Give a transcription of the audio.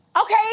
okay